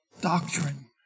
doctrine